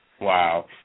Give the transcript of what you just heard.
Wow